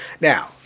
Now